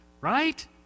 right